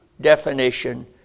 definition